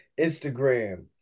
Instagram